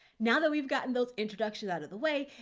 now that we've gotten those introductions out of the way,